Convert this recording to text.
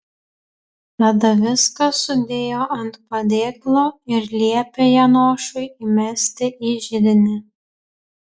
tada viską sudėjo ant padėklo ir liepė janošui įmesti į židinį